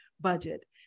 budget